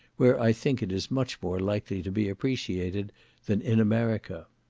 where i think it is much more likely to be appreciated than in america.